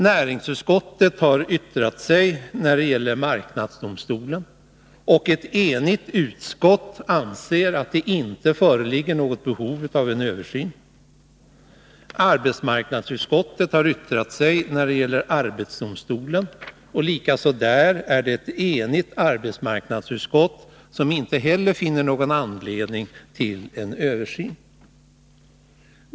Näringsutskottet har yttrat sig när det gäller marknadsdomstolen, och utskottet är enigt om att det inte föreligger något behov av en översyn. Arbetsmarknadsutskottet har yttrat sig när det gäller arbetsdomstolen, och även där är det ett enigt utskott som inte funnit någon anledning till översyn.